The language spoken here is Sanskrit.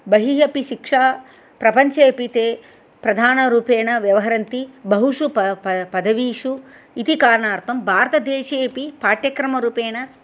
बहिः अपि शिक्षा प्रपञ्चेपि ते प्रधानरूपेण व्यवहरन्ति बहुषु पदवीषु इति कारणार्थं भारतदेशेऽपि पाठ्यक्रमरूपेण